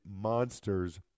monsters